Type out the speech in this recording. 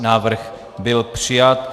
Návrh byl přijat.